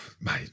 mate